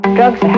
drugs